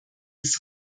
des